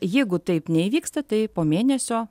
jeigu taip neįvyksta tai po mėnesio